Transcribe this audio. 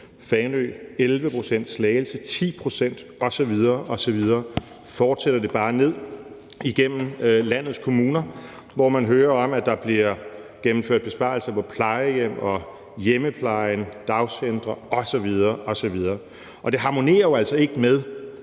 pct., i Slagelse er det 10 pct. osv. osv. Sådan fortsætter det bare ned igennem landets kommuner, hvor man hører om, at der bliver gennemført besparelser på plejehjem, hjemmepleje, dagcentre osv. osv., og det harmonerer jo altså ikke med,